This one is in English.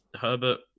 Herbert